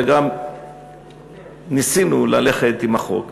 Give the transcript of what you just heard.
וגם ניסינו ללכת עם החוק.